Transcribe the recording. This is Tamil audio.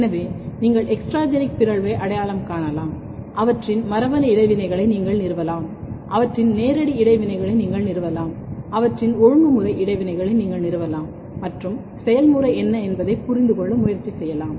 எனவே நீங்கள் எக்ஸ்ட்ராஜெனிக் பிறழ்வை அடையாளம் காணலாம் அவற்றின் மரபணு இடைவினைகளை நீங்கள் நிறுவலாம் அவற்றின் நேரடி இடைவினைகளை நீங்கள் நிறுவலாம் அவற்றின் ஒழுங்குமுறை இடைவினைகளை நீங்கள் நிறுவலாம் மற்றும் செயல் முறை என்ன என்பதைப் புரிந்து கொள்ள முயற்சி செய்யலாம்